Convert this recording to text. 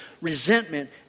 resentment